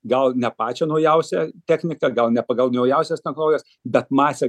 gal ne pačią naujausią techniką gal ne pagal naujausias technologijas bet masėm